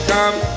Come